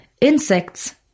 insects